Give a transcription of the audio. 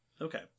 okay